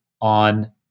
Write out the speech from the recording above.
on